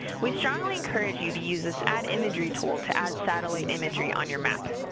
we strongly encourage you to use this add imagery tool to add satellite imagery on your map.